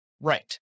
right